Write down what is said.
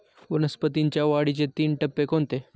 वनस्पतींच्या वाढीचे तीन टप्पे कोणते?